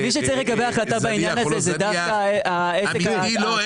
מי שצריך לקבל החלטה בעניין הזה זה דווקא העסק --- לא,